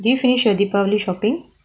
did you finish your deepavali shopping